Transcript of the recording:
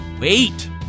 wait